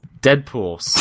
deadpool